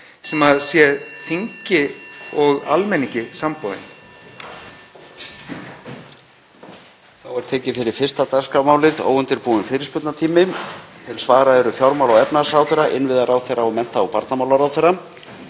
sem sé þingi og almenningi samboðin.